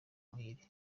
muhire